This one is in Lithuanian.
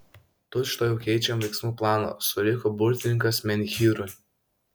tučtuojau keičiam veiksmų planą suriko burtininkas menhyrui